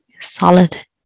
solid